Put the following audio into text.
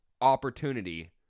opportunity